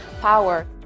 power